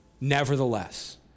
nevertheless